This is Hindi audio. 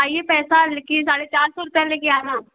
आइए पैसा लेकिन साढ़े चार सौ रुपये ले कर आना